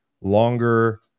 longer